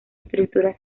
estructura